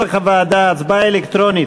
כנוסח הוועדה, הצבעה אלקטרונית.